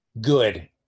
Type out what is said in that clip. good